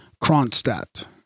Kronstadt